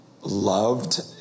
loved